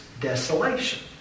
desolation